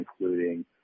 including